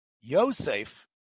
Yosef